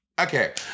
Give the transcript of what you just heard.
Okay